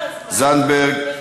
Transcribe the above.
זנדברג,